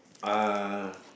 uh